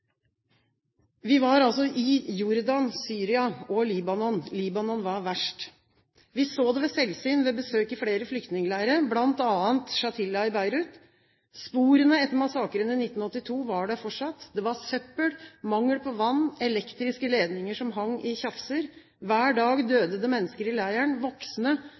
Vi var altså i Jordan, Syria og Libanon. Libanon var verst. Vi så det ved selvsyn ved besøk i flere flyktningleirer bl.a. Shatila i Beirut. Sporene etter massakren i 1982 var der fortsatt. Det var søppel, mangel på vann, elektriske ledninger som hang i tjafser. Hver dag døde det mennesker i leiren, voksne